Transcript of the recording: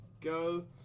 go